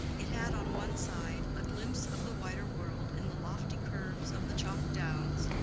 it had on one side a glimpse of the wider world in the lofty curves of the chalk downs,